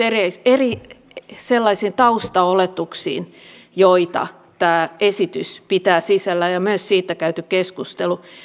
sellaisiin taustaoletuksiin joita tämä esitys ja myös siitä käyty keskustelu pitävät sisällään